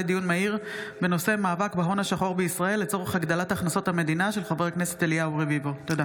מהיר בהצעתו של חבר הכנסת אליהו רביבו בנושא: